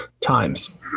times